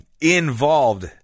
involved